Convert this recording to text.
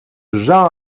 jean